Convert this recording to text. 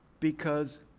because